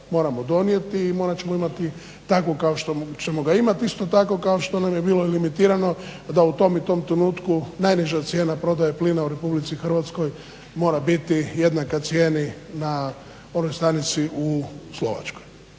moramo donijeti i moramo ćemo ga imati takvog kao što ćemo ga imati i isto tako kao što nam je bilo limitirano da u tom i tom trenutku najniža cijena prodaje plina u RH mora biti jednaka cijeni onoj stranici u Slovačkoj.